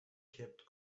kept